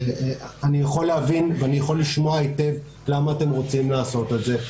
אני יכול להבין ואני יכול לשמוע היטב למה אתם רוצים לעשות את זה,